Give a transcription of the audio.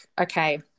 okay